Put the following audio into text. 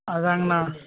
அதுதாங்கண்ணா